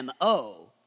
MO